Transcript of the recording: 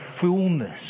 fullness